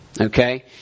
Okay